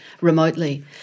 remotely